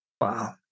Wow